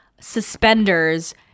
suspenders